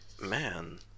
Man